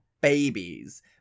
babies